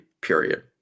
Period